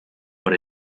por